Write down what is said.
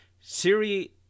Siri